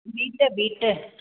beet beet